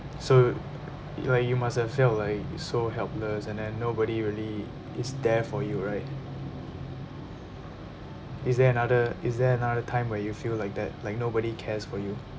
so y~ like you must have felt like so helpless and then nobody really is there for you right is there another is there another time where you feel like that like nobody cares for you